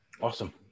Awesome